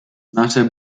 nasze